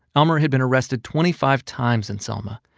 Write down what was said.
elmer had been arrested twenty five times in selma,